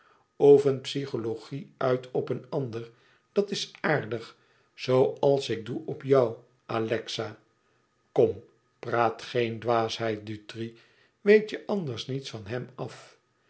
oefen psychologie uit op een ander dat is aardig zooals ik doe op jou alexa kom praat geen dwaasheid dutri weet je anders niets van hem af